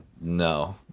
No